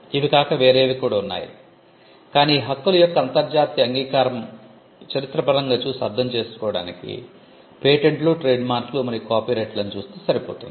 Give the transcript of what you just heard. ఇవే కాక వేరేవి కూడా ఉన్నాయి కానీ ఈ హక్కుల యొక్క అంతర్జాతీయ అంగీకారం చరిత్ర పరంగా చూసి అర్థం చేసుకోవడానికి పేటెంట్లు ట్రేడ్ మార్క్లు మరియు కాపీరైట్లను చూస్తే సరిపోతుంది